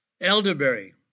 Elderberry